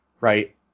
right